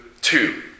two